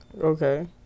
Okay